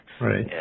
Right